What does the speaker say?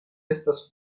estas